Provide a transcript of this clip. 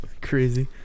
Crazy